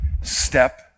Step